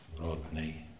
Rodney